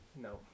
No